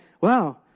wow